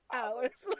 hours